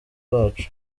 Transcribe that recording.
bacu